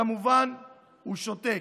כמובן הוא שותק,